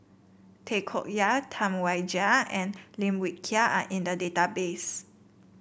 Tay Koh Yat Tam Wai Jia and Lim Wee Kiak are in the database